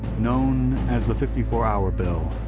known as the fifty four hour bill.